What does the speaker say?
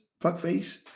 fuckface